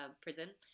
Prison